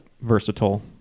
versatile